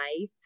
life